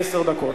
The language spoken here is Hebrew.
עשר דקות.